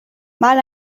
mal